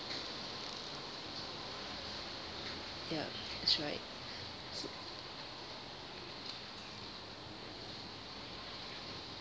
ya that's right